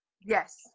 Yes